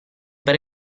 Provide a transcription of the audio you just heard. per